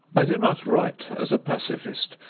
i do not write as a pacifist.